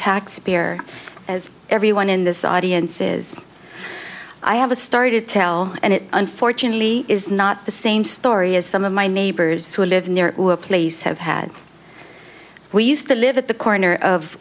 taxpayer as everyone in this audience is i have a started tell and it unfortunately is not the same story as some of my neighbors who live near a place have had we used to live at the corner of